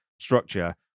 structure